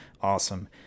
awesome